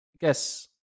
guess